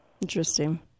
Interesting